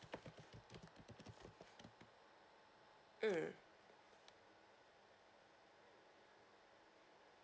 mm